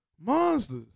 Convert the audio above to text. Monsters